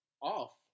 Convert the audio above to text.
off